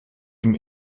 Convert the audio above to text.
ihm